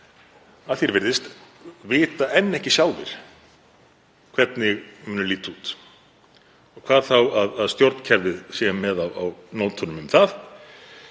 að því er virðist, vita enn ekki sjálfir hvernig muni líta út, hvað þá að stjórnkerfið sé með á nótunum um það.